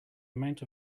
amount